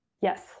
Yes